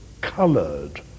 coloured